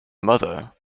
mother